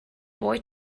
boy